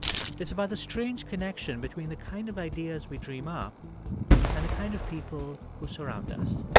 it's about the strange connection between the kind of ideas we dream up and the kind of people who surround us.